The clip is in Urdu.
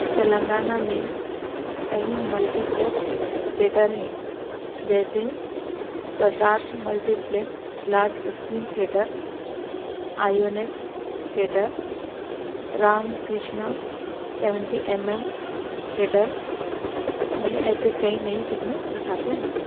تلنگانہ میں کئی ملٹیپلیکس تھیٹر ہیں جیسے Prasad multiplex large screen theatre آئیونیکس theatre Ram Krishna seventy M M theatre میں ایسے کئی نئی فلمیں دکھاتے ہیں